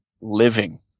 living